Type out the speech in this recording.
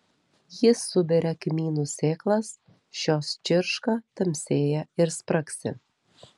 ji suberia kmynų sėklas šios čirška tamsėja ir spragsi